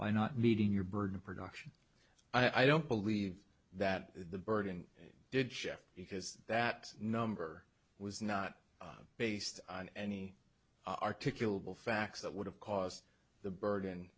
by not meeting your burden of production i don't believe that the burden did sheff because that number was not based on any articulable facts that would have caused the burd